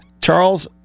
Charles